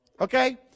okay